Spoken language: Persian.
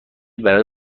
برای